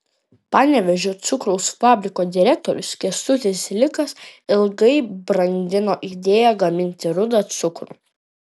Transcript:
panevėžio cukraus fabriko direktorius kęstutis likas ilgai brandino idėją gaminti rudą cukrų